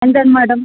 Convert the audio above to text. എന്താണ് മാഡം